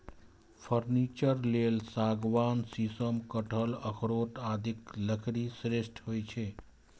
furniture लेल सागवान, शीशम, कटहल, अखरोट आदिक लकड़ी श्रेष्ठ होइ छै